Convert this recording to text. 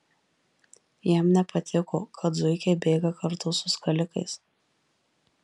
jam nepatiko kad zuikiai bėga kartu su skalikais